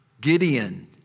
Gideon